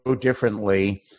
differently